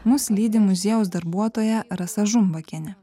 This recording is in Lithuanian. mus lydi muziejaus darbuotoja rasa žumbakienė